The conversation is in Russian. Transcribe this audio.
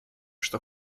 что